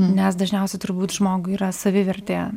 nes dažniausiai turbūt žmogui yra savivertė